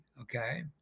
okay